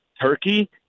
Turkey